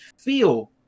feel